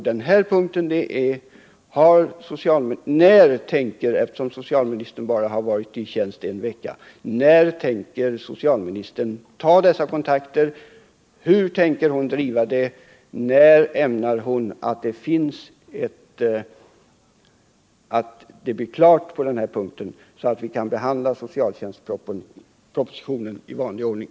Eftersom socialministern bara har varit i tjänst en vecka är min fråga: När kommer socialministern att ta dessa kontakter? Hur tänker hon driva detta ärende? När avser hon att det skall bli klart på den här punkten, så att vi kan behandla socialtjänstpropositionen i vanlig ordning?